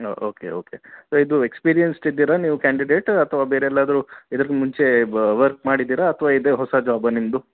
ಹಾಂ okay okay so ಇದು experienced ಇದ್ದೀರಾ ನೀವು ಕ್ಯಾಂಡಿಡೇಟ್ ಅಥವಾ ಬೇರೆ ಎಲ್ಲಾದರೂ ಇದರ ಮುಂಚೆ ಬ ವರ್ಕ್ ಮಾಡಿದ್ದೀರಾ ಅಥವಾ ಇದೇ ಹೊಸ ಜಾಬಾ ನಿಮ್ಮದು